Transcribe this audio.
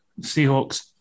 Seahawks